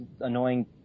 annoying